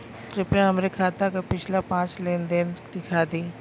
कृपया हमरे खाता क पिछला पांच लेन देन दिखा दी